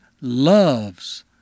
loves